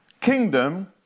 kingdom